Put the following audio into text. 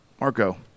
Marco